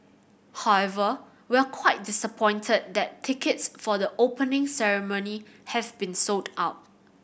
however we're quite disappointed that tickets for the Opening Ceremony have been sold out